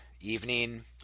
evening